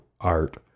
art